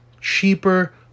cheaper